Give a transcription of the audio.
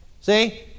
see